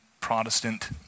Protestant